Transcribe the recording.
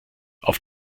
auf